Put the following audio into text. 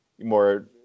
more